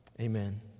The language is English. Amen